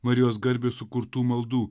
marijos garbei sukurtų maldų